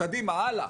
קדימה, הלאה.